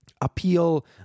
appeal